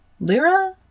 Lira